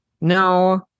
No